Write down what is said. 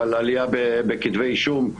אבל עלייה בכתבי אישום,